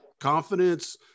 confidence